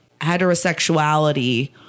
heterosexuality